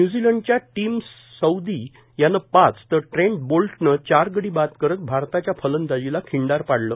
न्यूझीलंडच्या team Southee पाच तर ट्रेंटबोल्टनं चार गडीबाद करत भारताच्या फलंदाजीला खिंडार पाडलं